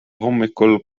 hommikul